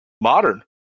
modern